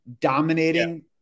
dominating